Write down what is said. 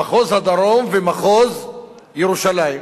מחוז הדרום ומחוז ירושלים